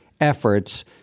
efforts